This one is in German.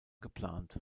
geplant